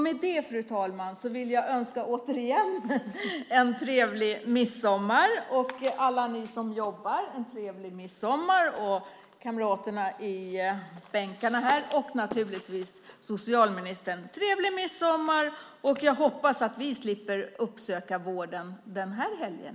Med det, fru talman, vill jag önska trevlig midsommar till alla som jobbar här, till kamraterna i bänkarna och naturligtvis till socialministern. Jag hoppas att vi slipper uppsöka vård i helgen.